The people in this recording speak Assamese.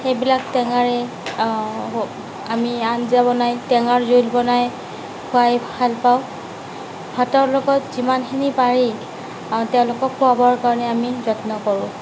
সেইবিলাক টেঙাৰে আমি আঞ্জা বনাই টেঙাৰ জোল বনাই খুৱাই ভালপাওঁ ভাতৰ লগত যিমানখিনি পাৰি তেওঁলোকক খুৱাবৰ কাৰণে আমি যত্ন কৰোঁ